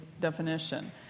definition